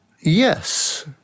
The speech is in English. Yes